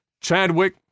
Chadwick